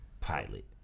Pilot